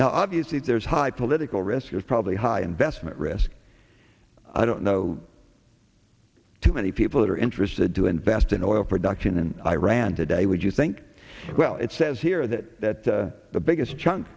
now obviously there's high political risk you're probably high investment risk i don't know too many people that are interested to invest in oil production in iran today would you think well it says here that the biggest chunk